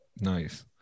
nice